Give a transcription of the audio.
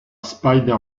spider